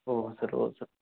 हो सर हो सर